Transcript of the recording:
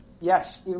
Yes